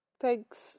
thanks